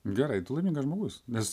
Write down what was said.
gerai tu laimingas žmogus nes